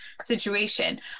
situation